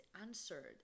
answered